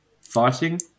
fighting